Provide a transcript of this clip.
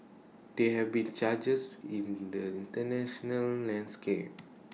there have been charges in the International landscape